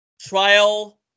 Trial